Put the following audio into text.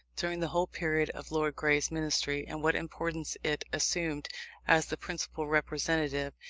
during the whole period of lord grey's ministry, and what importance it assumed as the principal representative,